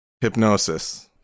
hypnosis